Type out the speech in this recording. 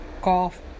cough